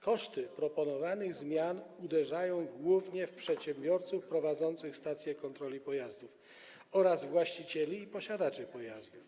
Koszty proponowanych zmian uderzają głównie w przedsiębiorców prowadzących stacje kontroli pojazdów oraz właścicieli i posiadaczy pojazdów.